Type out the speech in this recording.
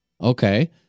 okay